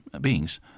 beings